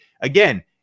again